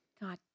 God